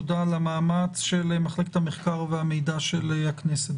תודה על המאמץ של מחלקת המחקר והמידע של הכנסת.